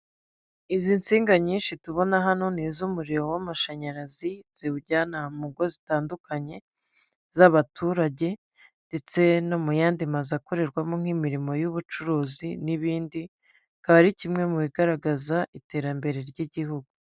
Izi nsinga nyinshi tubona hano, ni iz'umuriro w'amashanyarazi ziwujyana mu ngo zitandukanye z'abaturage, ndetse no mu yandi mazu akorerwamo nk'imirimo y'ubucuruzi n'ibindi, bikaba ari kimwe mu bigaragaza iterambere ry'igihugu.